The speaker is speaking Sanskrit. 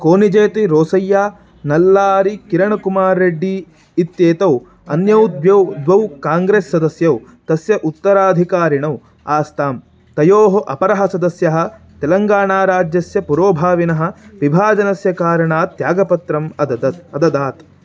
कोनिजेति रोसय्या नल्लारि किरणकुमार् रेड्डी इत्येतौ अन्यौ द्व्यौ द्वौ काङ्ग्रेस् सदस्यौ तस्य उत्तराधिकारिणौ आस्ताम् तयोः अपरः सदस्यः तेलङ्गाणाराज्यस्य पुरोभाविनः विभाजनस्य कारणात् त्यागपत्रम् अददात् अददात्